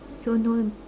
so no